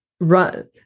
run